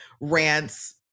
rants